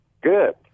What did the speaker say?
Good